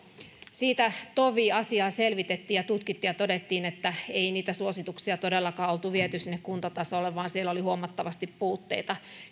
sitten tovi asiaa selvitettiin ja tutkittiin ja todettiin että ei niitä suosituksia todellakaan oltu viety sinne kuntatasolle vaan siellä oli huomattavasti puutteita